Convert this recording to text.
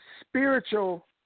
spiritual